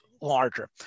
larger